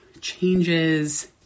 changes